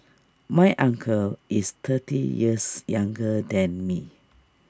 my uncle is thirty years younger than me